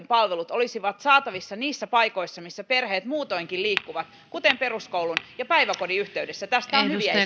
palvelut olisi saatavissa niissä paikoissa missä perheet muutoinkin liikkuvat kuten peruskoulun ja päiväkodin yhteydessä tästä on